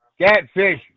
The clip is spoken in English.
Catfish